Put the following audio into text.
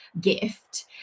gift